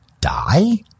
die